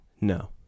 No